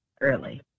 early